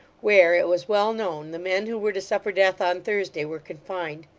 where, it was well known, the men who were to suffer death on thursday were confined.